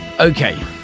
Okay